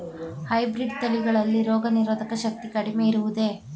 Hybrid ತಳಿಗಳಲ್ಲಿ ರೋಗನಿರೋಧಕ ಶಕ್ತಿ ಕಡಿಮೆ ಇರುವುದೇ?